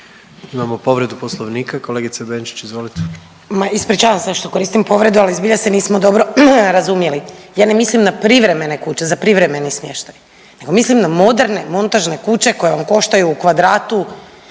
Imamo povredu poslovnika, kolegice Benčić izvolite. **Benčić, Sandra (Možemo!)** Ma ispričavam se što koristim povredu, ali zbilja se nismo dobro razumjeli. Ja ne mislim na privremene kuće za privremeni smještaj nego mislim na moderne montažne kuće koje vam koštaju u kvadratu